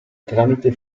tramite